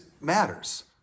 matters